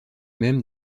mêmes